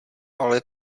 ale